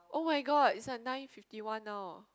oh my god is at nine fifty one now uh